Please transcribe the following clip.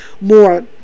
more